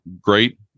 great